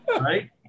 right